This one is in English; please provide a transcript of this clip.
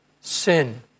sin